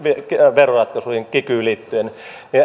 veroratkaisuihin kikyyn liittyen